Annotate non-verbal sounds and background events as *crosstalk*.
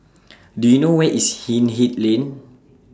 *noise* Do YOU know Where IS Hindhede Lane